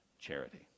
charity